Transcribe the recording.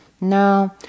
No